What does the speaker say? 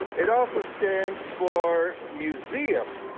it also stands for museum,